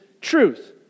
truth